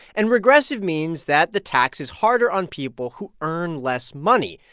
and regressive means that the tax is harder on people who earn less money.